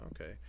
Okay